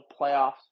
playoffs